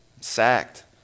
sacked